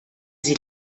sie